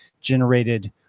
generated